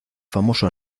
famoso